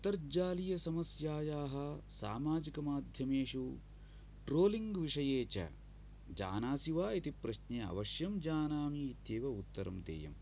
आन्तर्जालीय समस्यायाः सामाजिकमाध्यमेषु ट्रोलिङ्ग् विषये च जानासि वा इति प्रश्ने अवश्यं जानामि इत्येव उत्तरं देयं